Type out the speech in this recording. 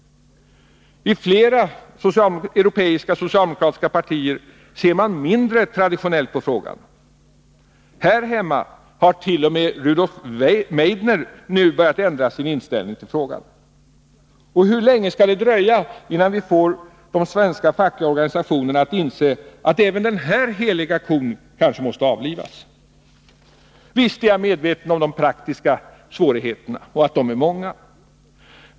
I flera europeiska socialdemokratiska partier ser man mindre traditionellt på den här frågan. Här hemma har t.o.m. Rudolf Meidner nu börjat ändra sin inställning. Men hur länge skall det dröja innan vi får de svenska fackliga organisationerna att inse att även den här heliga kon kanske måste avlivas? Visst är jag medveten om att de praktiska svårigheterna är många.